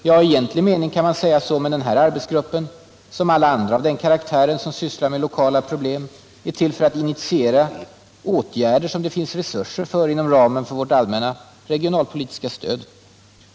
Ja, i egentlig mening kan man säga så, men den här arbetsgruppen —- som alla andra av den karaktären som sysslar med lokala problem —- är till för att initiera åtgärder som det finns resurser för inom ramen för vårt allmänna regionalpolitiska stöd.